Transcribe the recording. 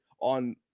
on